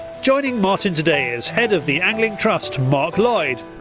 joining martin today is head of the angling trust mark lloyd.